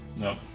No